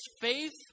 faith